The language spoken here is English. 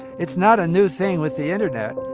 it's not a new thing with the internet.